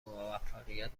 موفقیت